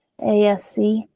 ASC